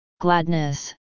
Gladness